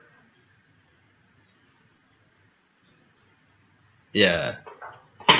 ya